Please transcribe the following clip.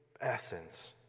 essence